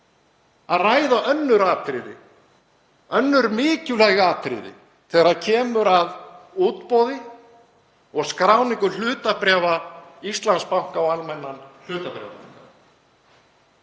að ræða önnur atriði, önnur mikilvæg atriði, þegar kemur að útboði og skráningu hlutabréfa Íslandsbanka á almennan hlutabréfamarkað.